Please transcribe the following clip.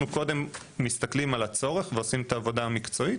קודם מסתכלים על הצורך ועושים את העבודה המקצועית